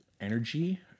energy